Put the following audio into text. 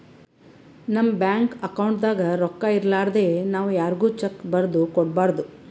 ನಮ್ ಬ್ಯಾಂಕ್ ಅಕೌಂಟ್ದಾಗ್ ರೊಕ್ಕಾ ಇರಲಾರ್ದೆ ನಾವ್ ಯಾರ್ಗು ಚೆಕ್ಕ್ ಬರದ್ ಕೊಡ್ಬಾರ್ದು